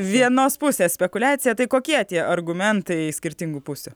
vienos pusės spekuliacija tai kokie tie argumentai skirtingų pusių